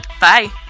Bye